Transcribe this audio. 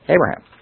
Abraham